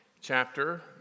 chapter